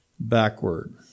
backward